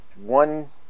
one